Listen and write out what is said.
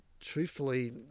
truthfully